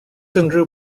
unrhyw